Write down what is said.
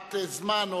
למשיכת זמן.